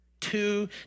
Two